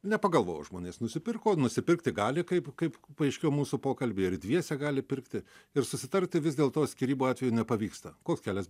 nepagalvojo žmonės nusipirko nusipirkti gali kaip kaip paaiškėjo mūsų pokalby ir dviese gali pirkti ir susitarti vis dėl to skyrybų atveju nepavyksta koks kelias